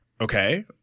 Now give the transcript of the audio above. okay